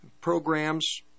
programs